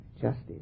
justice